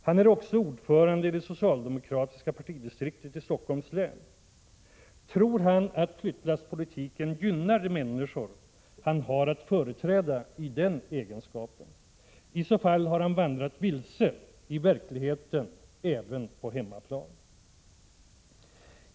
Han är också ordförande i det socialdemokratiska partidistriktet i Stockholms län. Tror han att flyttlasspolitiken gynnar de människor han har att företräda i den egenskapen? I så fall har han vandrat vilse i verkligheten även på hemmaplan.